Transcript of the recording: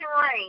rain